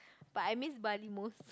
but I miss Bali most